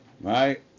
Right